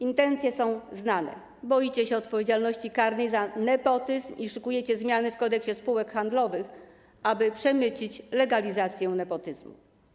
Intencje są znane, boicie się odpowiedzialności karnej za nepotyzm i szykujecie zmiany w Kodeksie spółek handlowych, aby przemycić legalizację nepotyzmu.